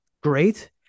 great